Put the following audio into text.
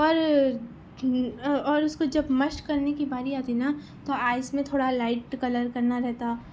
اور اور اُس کو جب مشق کرنے کی باری آتی نا تو آئس میں تھوڑا لائٹ کلر کرنا رہتا